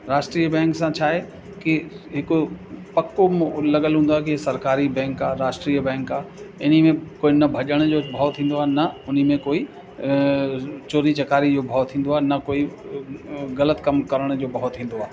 राष्ट्रीय बैंक सां छा आहे की हिकु पको लॻियलु हूंदो आहे की सरकारी बैंक आहे राष्ट्रीय बैंक आहे इन में को न भॼण जो भओ थींदो आहे न उन में कोई चोरी चकारी जो भओ थींदो आहे न कोई ग़लति कम करण जो भओ थींदो आहे